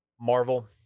Marvel